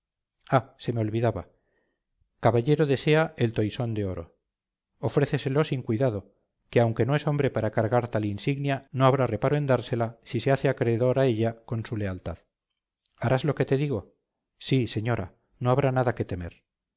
ah se me olvidaba caballero desea el toisón de oro ofréceselo sin cuidado que aunque no es hombre para cargar tal insignia no habrá reparo en dársela si se hace acreedor a ella con su lealtad harás lo que te digo sí señora no habrá nada que temer